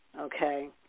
okay